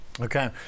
okay